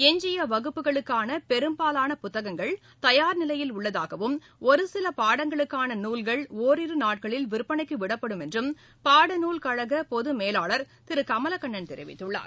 எஞ்சிய வகுப்புகளுக்கான பெரும்பாலான புத்தகங்கள் தயார் நிலையில் உள்ளதாகவும் ஒரு சில பாடங்களுக்கான நுல்கள் ஒரிரு நாட்களில் விற்பனைக்கு விடப்படும் என்றும் பாடநூல் கழக பொது மேலாளர் திரு கமலக்கண்ணன் தெரிவித்துள்ளார்